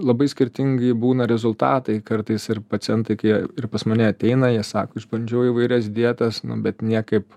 labai skirtingi būna rezultatai kartais ir pacientai kai jie ir pas mane ateina jie sako išbandžiau įvairias dietas nu bet niekaip